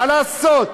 מה לעשות.